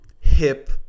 hip